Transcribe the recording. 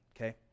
Okay